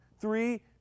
three